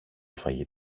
φαγί